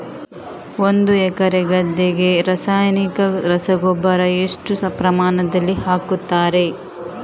ಒಂದು ಎಕರೆ ಗದ್ದೆಗೆ ರಾಸಾಯನಿಕ ರಸಗೊಬ್ಬರ ಎಷ್ಟು ಪ್ರಮಾಣದಲ್ಲಿ ಹಾಕುತ್ತಾರೆ?